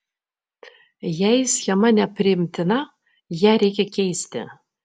jei schema nepriimtina ją reikia keisti